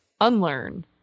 unlearn